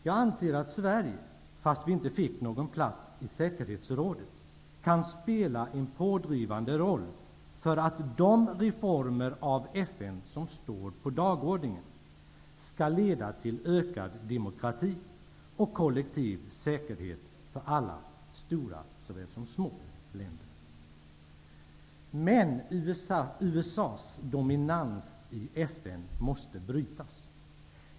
Jag anser att Sverige -- fast vi inte fick någon plats i säkerhetsrådet -- kan spela en pådrivande roll för att de reformer som står på FN:s dagordning skall leda till ökad demokrati och kollektiv säkerhet för alla, såväl stora som små. USA:s dominans i FN måste brytas.